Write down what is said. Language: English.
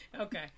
okay